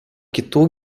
kitų